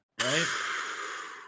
right